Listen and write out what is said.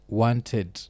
wanted